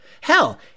Hell